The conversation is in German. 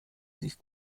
sich